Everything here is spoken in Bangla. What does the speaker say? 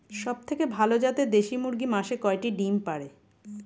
সবথেকে ভালো জাতের দেশি মুরগি মাসে কয়টি ডিম পাড়ে?